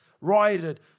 rioted